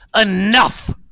enough